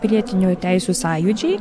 pilietinių teisių sąjūdžiai